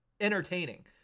entertaining